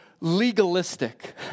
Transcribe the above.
legalistic